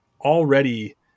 already